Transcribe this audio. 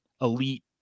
elite